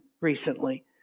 recently